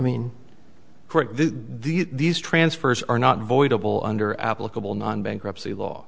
mean these transfers are not voidable under applicable non bankruptcy law